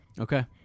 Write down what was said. Okay